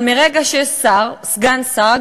אבל מרגע שיש שר או סגן שר,